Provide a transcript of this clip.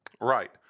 Right